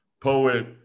poet